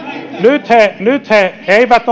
nyt he nyt he eivät